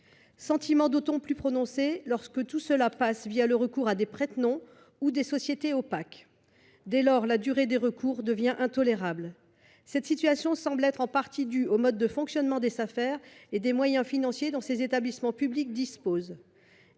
sentiment est d’autant plus prononcé lorsqu’il est fait recours à des prête noms ou des sociétés opaques. La durée des recours devient intolérable. Cette situation semble être en partie due au mode de fonctionnement des Safer et des moyens financiers dont ces établissements publics disposent.